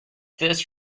this